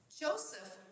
Joseph